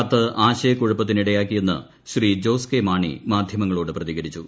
കത്ത് ആശയക്കുഴപ്പത്തിന് ഇടയാക്കിയെന്ന് ശ്രീ ജോസ് കെ മാണി മാധ്യമങ്ങളോട് പ്രതികരിച്ചു